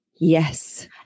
Yes